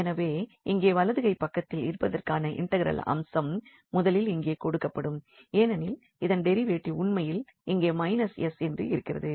எனவே இங்கே வலது கைப்பக்கத்தில் இருப்பதற்கான இன்டெக்ரல் அம்சம் முதலில் இங்கே கொடுக்கப்படும் ஏனெனில் இதன் டெரிவேட்டிவ் உண்மையில் இங்கே s என்று இருக்கிறது